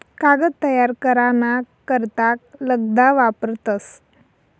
कागद तयार करा ना करता लगदा वापरतस